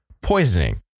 poisoning